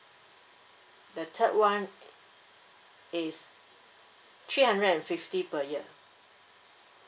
the third one i~ is three hundred and fifty per year